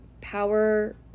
power